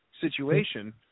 situation